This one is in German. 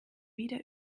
wieder